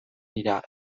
dira